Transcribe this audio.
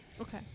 Okay